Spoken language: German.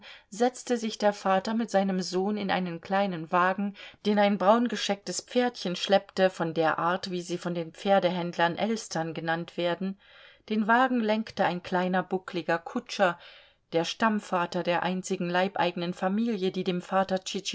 setzte sich der vater mit seinem sohn in einen kleinen wagen den ein braungeschecktes pferdchen schleppte von der art wie sie von den pferdehändlern elstern genannt werden den wagen lenkte ein kleiner buckliger kutscher der stammvater der einzigen leibeigenen familie die dem vater